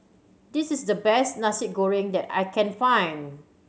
this is the best Nasi Goreng that I can find